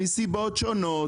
מסיבות שונות,